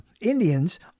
Indians